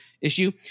issue